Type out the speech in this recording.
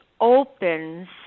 opens